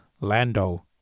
Lando